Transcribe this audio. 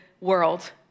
world